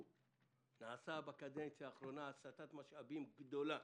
נעשתה בקדנציה האחרונה הסטת משאבים גדולה